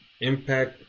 Impact